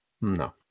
no